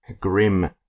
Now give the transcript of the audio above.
grim